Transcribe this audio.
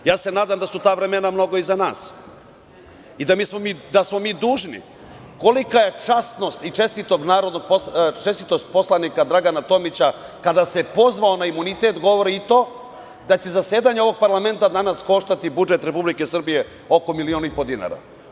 Nadam se da su ta vremena mnogo iza nas i da smo mi dužni, kolika je časnost i čestitost narodnog poslanika Dragana Tomića kada se pozvao na imunitet, govori i to da će zasedanje ovog parlamenta danas koštati budžet Republike Srbije oko milion i po dinara.